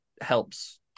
helps